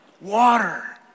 Water